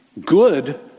Good